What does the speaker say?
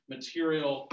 material